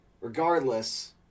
Regardless